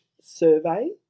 survey